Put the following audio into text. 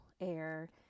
air